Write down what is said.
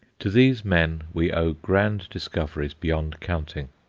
to these men we owe grand discoveries beyond counting.